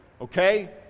Okay